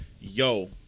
Yo